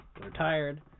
retired